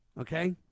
Okay